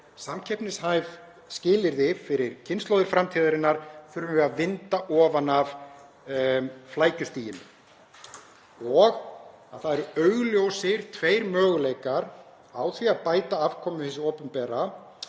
samkeppnishæf skilyrði fyrir kynslóðir framtíðarinnar þurfum við að vinda ofan af flækjustiginu. Það eru augljósir tveir möguleikar á því að bæta afkomu hins opinbera